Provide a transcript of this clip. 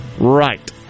Right